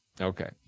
Okay